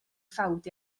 ffawd